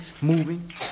moving